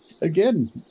again